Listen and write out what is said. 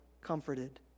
comforted